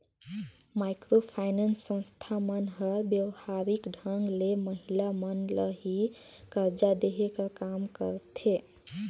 micro finance संस्था मन हर बेवहारिक ढंग ले महिला मन ल ही करजा देहे कर काम करथे